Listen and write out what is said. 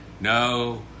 No